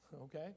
Okay